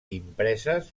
impreses